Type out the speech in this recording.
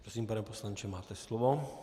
Prosím, pane poslanče, máte slovo.